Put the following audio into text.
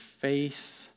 faith